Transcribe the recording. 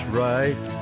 right